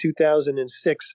2006